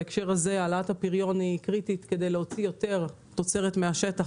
בהקשר הזה יש חשיבות להעלאת הפריון והוצאה של יותר תוצרת מהשטח.